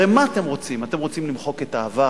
הרי מה אתם רוצים, אתם רוצים למחוק את העבר?